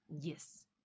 yes